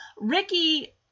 Ricky